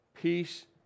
peace